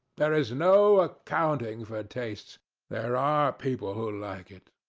there is no accounting for tastes there are people who like it.